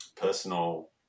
personal